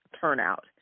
turnout